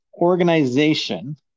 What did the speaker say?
organization